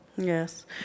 Yes